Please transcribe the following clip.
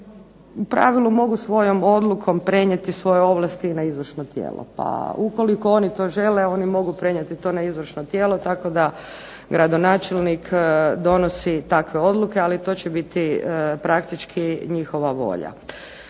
u pravilu mogu svojom odlukom prenijeti svoje ovlasti na izvršno tijelo. Pa ukoliko oni to žele oni mogu prenijeti to na izvršno tijelo, tako da gradonačelnik donosi takve odluke, ali to će biti praktički njihova volja.